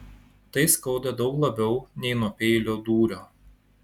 tai skauda daug labiau nei nuo peilio dūrio